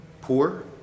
Poor